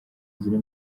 ziri